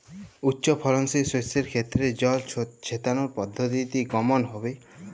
উচ্চফলনশীল শস্যের ক্ষেত্রে জল ছেটানোর পদ্ধতিটি কমন হবে?